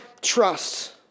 trust